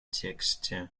тексте